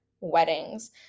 weddings